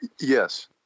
Yes